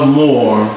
more